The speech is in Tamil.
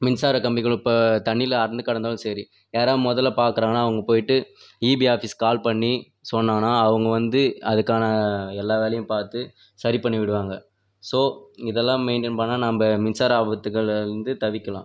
மின்சாரக்கம்பிகள் இப்போ தண்ணியில் அறுந்து கிடந்தாலும் சரி யாராவது முதல்ல பார்க்கறாங்கன்னா அவங்க போயிட்டு ஈபி ஆஃபீஸ்க்கு கால் பண்ணி சொன்னாங்கன்னா அவங்க வந்து அதுக்கான எல்லா வேலையும் பார்த்து சரி பண்ணி விடுவாங்க ஸோ இதெல்லாம் மெய்ன்டெய்ன் பண்ணால் நம்ம மின்சார ஆபத்துகள்லேருந்து தவிர்க்கலாம்